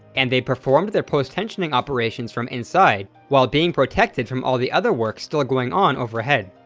and they performed their post-tensioning operations from inside while being protected from all the other work still going on overhead.